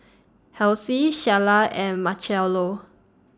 Halsey Shayla and Marchello